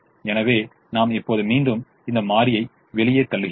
எனவே நாம் இப்போது மீண்டும் இந்த மாறியை வெளியே தள்ளுகிறோம்